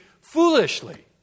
foolishly